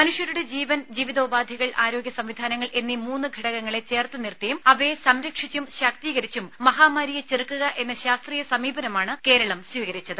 മനുഷ്യരുടെ ജീവൻ ജീവിതോപാധികൾ ആരോഗ്യ സംവിധാനങ്ങൾ എന്നീ മൂന്ന് ഘടകങ്ങളെ ചേർത്ത് നിർത്തിയും അവയെ സംരക്ഷിച്ചും ശാക്തീകരിച്ചും മഹാമാരിയെ ചെറുക്കുക എന്ന ശാസ്ത്രീയ സമീപനമാണ് കേരളം സ്വീകരിച്ചത്